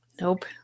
Nope